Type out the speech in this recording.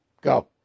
go